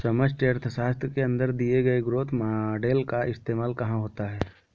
समष्टि अर्थशास्त्र के अंदर दिए गए ग्रोथ मॉडेल का इस्तेमाल कहाँ होता है?